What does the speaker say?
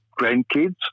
grandkids